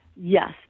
Yes